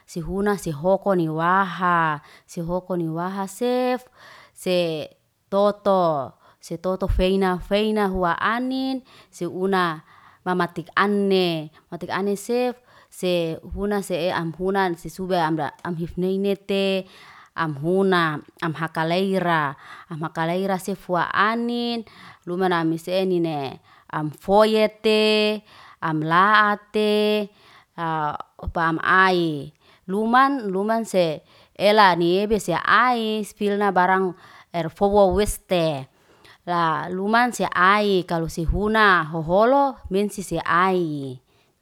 Sihuna sihoko niwaha, sihoko niwaha sef setoto. Setoto feina feina hua anin sihuna. Mamatik ane, mamtik ani sef, sefuhana sehe amhuna sisuba amra amhifneinete amhuna. Am hakai laira, am haka laira sefwa anin lumanan animis enine. Am foyet te, amlaate. Opa am ai. Luman luman se elani ebesiai filna barang erfowo weste, la luman se aik kalo sefuna hoholo mensesi ai.